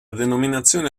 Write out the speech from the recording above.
denominazione